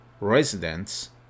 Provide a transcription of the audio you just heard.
residents